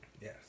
Yes